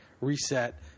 reset